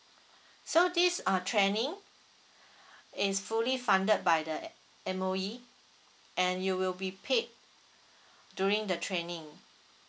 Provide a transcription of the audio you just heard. so this are training it's fully funded by the M_O_E and you will be paid during the training